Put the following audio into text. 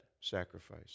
sacrifice